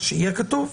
שיהיה כתוב.